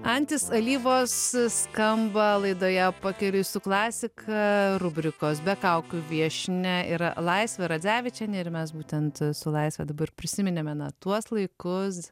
antis alyvos skamba laidoje pakeliui su klasika rubrikos be kaukių viešnia yra laisvė radzevičienė ir mes būtent su laisve dabar prisiminėme tuos laikus